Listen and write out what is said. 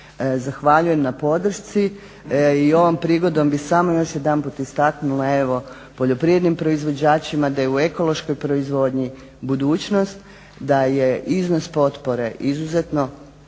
Zahvaljujem na podršci i ovom prigodom bi samo još jedanput istaknula evo poljoprivrednim proizvođačima da je u ekološkoj proizvodnji budućnost, da je iznos potpore izuzetno